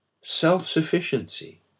self-sufficiency